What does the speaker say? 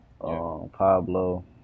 Pablo